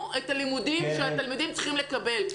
את הלימודים שהתלמידים צריכים לקבל.